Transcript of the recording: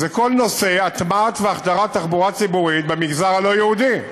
זה כל נושא הטמעת והחדרת תחבורה ציבורית במגזר הלא-יהודי.